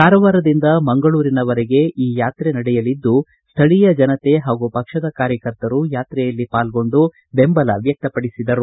ಕಾರವಾರದಿಂದ ಮಂಗಳೂರಿನವರೆಗೆ ಈ ಯಾತ್ರೆ ನಡೆಯಲಿದ್ದು ಸ್ಥಳೀಯ ಜನತೆ ಹಾಗೂ ಪಕ್ಷದ ಕಾರ್ಯಕರ್ತರು ಯಾತ್ರೆಯಲ್ಲಿ ಪಾಲ್ಗೊಂಡು ಬೆಂಬಲ ವ್ಲಕ್ತ ಪಡಿಸಿದರು